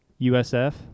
USF